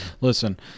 Listen